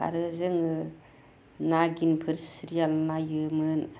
आरो जोङो नागिनफोर सिरियाल नायोमोन